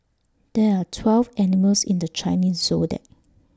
there're twelve animals in the Chinese Zodiac